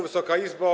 Wysoka Izbo!